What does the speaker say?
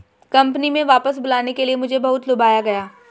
company में वापस बुलाने के लिए मुझे बहुत लुभाया गया